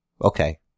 Okay